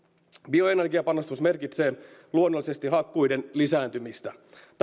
bioenergiapanostus merkitsee luonnollisesti hakkuiden lisääntymistä tämä